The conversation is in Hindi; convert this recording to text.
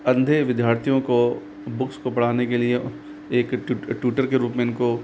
अंधे विद्यार्थियों को बुक्स को पढ़ाने के लिए एक ट्विट ट्विटर के रूप में इनको